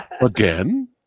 again